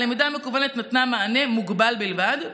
הלמידה המקוונת נתנה מענה מוגבל בלבד,